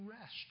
rest